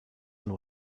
and